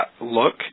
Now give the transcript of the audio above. look